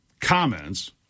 comments